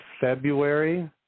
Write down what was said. February